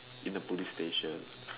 in the police station